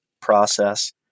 process